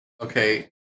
Okay